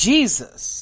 Jesus